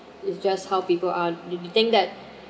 it's just how people are you think that